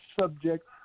subject